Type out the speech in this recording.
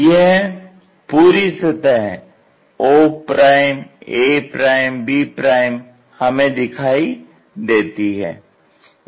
यह पूरी सतह oab हमें दिखाई देती है